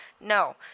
no